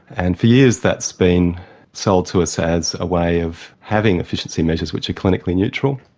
and for years that's been sold to us as a way of having efficiency measures which are clinically neutral.